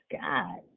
God